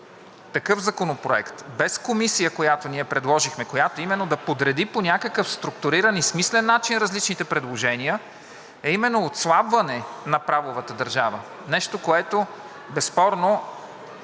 такъв законопроект без комисия, която ние предложихме, която именно да подреди по някакъв структуриран и смислен начин различните предложения, е именно отслабване на правовата държава. Нещо, което безспорно